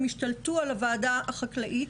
הם השתלטו על הוועדה החקלאית.